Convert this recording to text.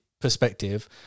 perspective